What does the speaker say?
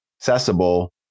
accessible